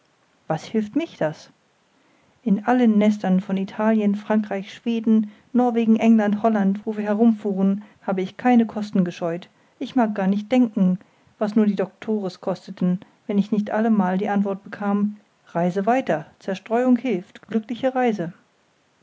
was hilft mich das in allen nestern von italien frankreich schweden norwegen england holland wo wir herumfuhren habe ich keine kosten gescheut ich mag gar nicht denken was nur die doktores kosteten wenn ich allemal die antwort bekam reise weiter zerstreuung hilft glückliche reise